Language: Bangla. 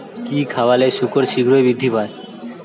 কি খাবালে শুকর শিঘ্রই বৃদ্ধি পায়?